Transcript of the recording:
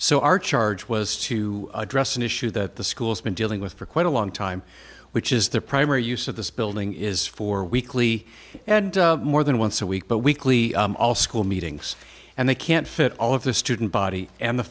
are charge was to address an issue that the school's been dealing with for quite a long time which is their primary use of this building is for weekly and more than once a week but weekly all school meetings and they can't fit all of the student body and the